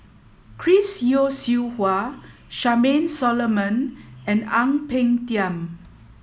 Chris Yeo Siew Hua Charmaine Solomon and Ang Peng Tiam